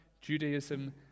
Judaism